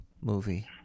movie